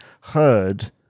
heard